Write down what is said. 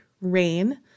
rain